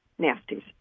nasties